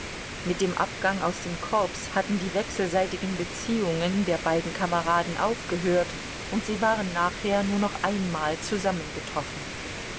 mit dem abgang aus dem korps hatten die wechselseitigen beziehungen der beiden kameraden aufgehört und sie waren nachher nur noch einmal